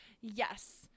Yes